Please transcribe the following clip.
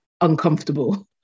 uncomfortable